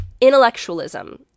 intellectualism